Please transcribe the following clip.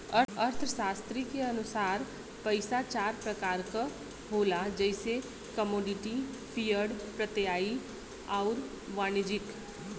अर्थशास्त्री के अनुसार पइसा चार प्रकार क होला जइसे कमोडिटी, फिएट, प्रत्ययी आउर वाणिज्यिक